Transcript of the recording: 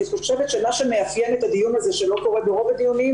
חושבת שמה שמאפיין את הדיון הזה שלא קורה ברוב הדיונים,